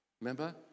remember